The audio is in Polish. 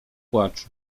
płaczu